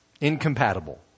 Incompatible